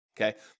okay